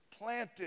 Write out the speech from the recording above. planted